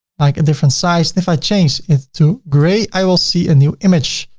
like a different size, if i change it to gray, i will see a new image.